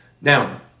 Now